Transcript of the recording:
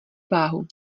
váhu